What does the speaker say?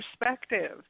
Perspective